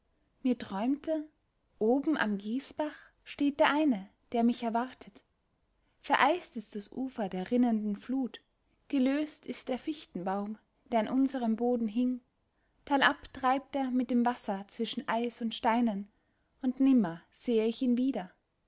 mir träumte oben am gießbach steht der eine der mich erwartet vereist ist das ufer der rinnenden flut gelöst ist der fichtenbaum der an unserem boden hing talab treibt er mit dem wasser zwischen eis und steinen und nimmer sehe ich ihn wieder